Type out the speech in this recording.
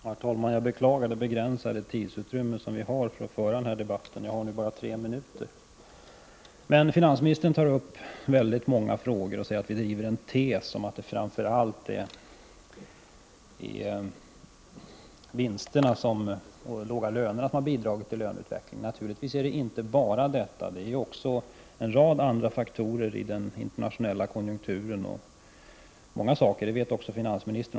Herr talman! Jag beklagar det begränsade tidsutrymme som vi har för att föra den här debatten — jag har nu bara tre minuter på mig. Finansministern tar upp många frågor och säger att vi driver en tes om att det framför allt är vinsterna och de låga lönerna som har bidragit till löneutvecklingen. Naturligtvis är det inte bara fråga om detta, utan det finns även en rad andra faktorer i den internationella konjunkturen och mycket annat — det vet också finansministern.